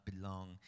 belong